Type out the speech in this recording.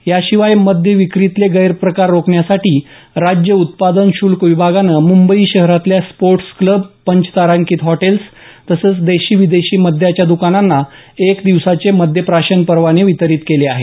याशिवाय मद्यविक्रीतले गैरप्रकार रोखण्यासाठी राज्य उत्पादन श्ल्क विभागनं मुंबई शहरातल्या स्पोर्टस क्लब पंचतारांकित हॉटेल्स तसंच देशी विदेशी मद्याच्या दुकानांना एक दिवसाचे मद्यप्राशन परवाने वितरीत केले आहेत